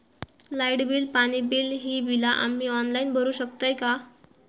Light bill, पाणी bill, ही बिला आम्ही ऑनलाइन भरू शकतय का?